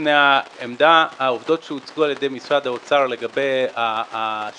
לפני העמדה: העובדות שהוצגו על ידי משרד האוצר לגבי השימוש